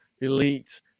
elite